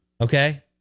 Okay